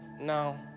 no